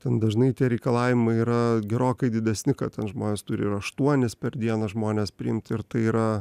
ten dažnai tie reikalavimai yra gerokai didesni kad ten žmonės turi ir aštuonis per dieną žmones priimt ir tai yra